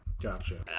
Gotcha